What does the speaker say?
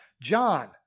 John